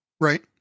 Right